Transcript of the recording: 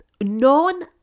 non